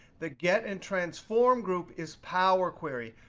the get and transform group is powerquery.